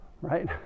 right